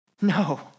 No